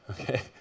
okay